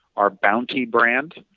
our bounty brand,